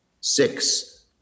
six